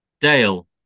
Dale